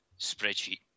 Spreadsheet